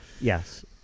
Yes